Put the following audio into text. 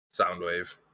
Soundwave